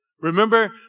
Remember